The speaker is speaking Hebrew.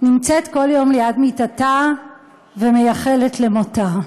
נמצאת כל יום ליד מיטתה ומייחלת למותה.